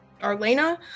Arlena